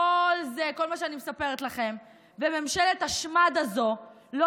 כל זה וכל מה שאני מספרת לכם הוא שממשלת השמד הזו לא